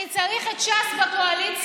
אני צריך את ש"ס בקואליציה,